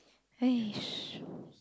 hey